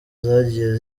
zagiye